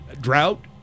drought